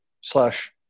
slash